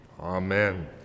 Amen